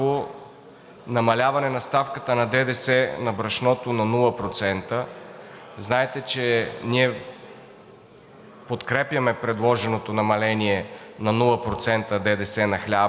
намаляване на ставката на ДДС на брашното на 0%. Знаете, че ние подкрепяме предложеното намаление на 0% ДДС на хляба,